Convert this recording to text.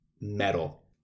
Metal